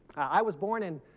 i was born in